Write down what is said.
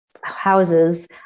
houses